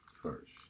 first